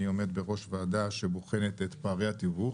אני עומד בראש ועדה שבוחנת את פערי התיווך,